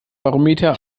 barometer